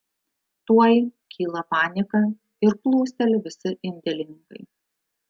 tuoj kyla panika ir plūsteli visi indėlininkai